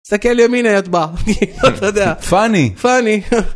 סתקל ימינה יטבע פאני פאני.